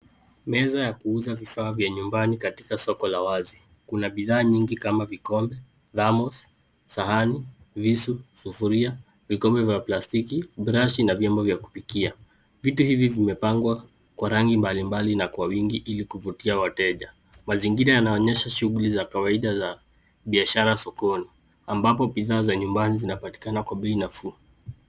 Meza ya kuuza vifaa vya nyumbani katika soko la wazi kuna bidhaa nyingi kama vikombe, thermos ,sahani, visu, sufuria, vikombe vya plastiki, brashi na vyombo vya kupikia, vitu hivi vimepangwa kwa rangi mbalimbali na kwa wingi ili kuvutia wateja, mazingira yanaonyesha shughuli za kawaida za biashara sokoni ambapo bidhaa za nyumbani zinapatikana kwa bei nafuu.